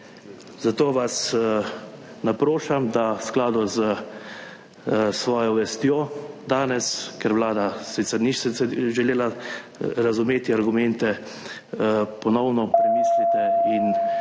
Zato vas naprošam, da v skladu s svojo vestjo danes, ker Vlada sicer ni želela razumeti argumente, ponovno premislite in